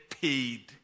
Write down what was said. paid